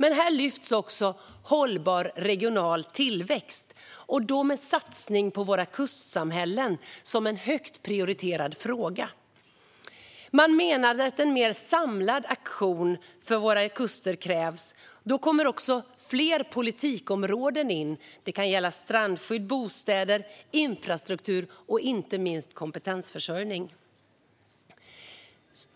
Men här lyfts också hållbar regional tillväxt och då med satsning på våra kustsamhällen som en högt prioriterad fråga. Man menade att en mer samlad aktion för våra kuster krävs, och då kommer också fler politikområden in såsom strandskydd, bostäder, infrastruktur och inte minst kompetensförsörjning.